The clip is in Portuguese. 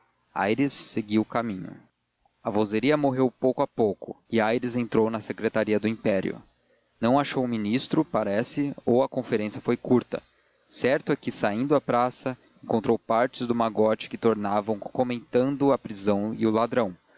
aires seguiu caminho a vozeria morreu pouco a pouco e aires entrou na secretaria do império não achou o ministro parece ou a conferência foi curta certo é que saindo à praça encontrou partes do magote que tornavam comentando a prisão e o ladrão